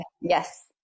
Yes